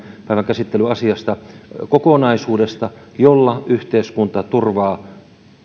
päivän käsittelyn asiasta kokonaisuudesta jolla yhteiskunta turvaa